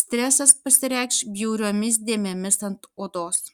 stresas pasireikš bjauriomis dėmėmis ant odos